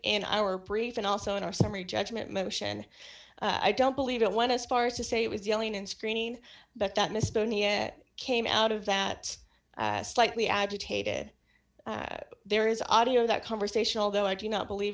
in our brief and also in our summary judgment motion i don't believe it went as far as to say it was yelling and screaming but that mr came out of that slightly agitated there is audio that conversation although i do not believe